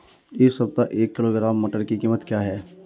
इस सप्ताह एक किलोग्राम मटर की कीमत क्या है?